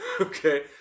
okay